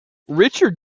richard